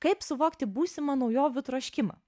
kaip suvokti būsimą naujovių troškimą